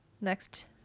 next